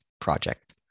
project